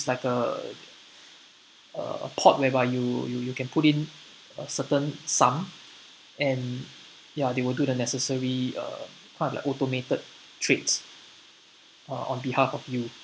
like a a port whereby you you you can put in a certain sum and ya they will do the necessary uh part like automated trades uh on behalf of you